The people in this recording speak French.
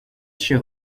chez